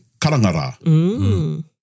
karangara